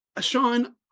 Sean